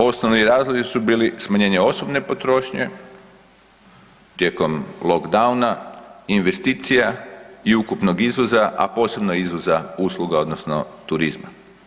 Osnovni razlozi su bili smanjenje osobne potrošnje, tijekom lock downa, investicija i ukupnog izvoza, a posebno izvoza usluga, odnosno turizma.